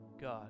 God